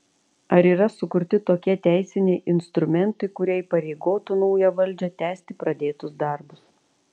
ar yra sukurti tokie teisiniai instrumentai kurie įpareigotų naują valdžią tęsti pradėtus darbus